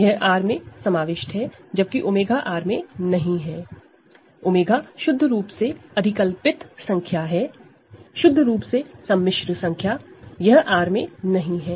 यह R में contained contained है जबकि 𝜔R में नहीं है 𝜔 शुद्ध रूप से इमेजिनरी संख्या है शुद्ध रूप से कॉम्पलेक्स संख्या यह R में नहीं है